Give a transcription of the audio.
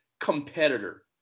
competitor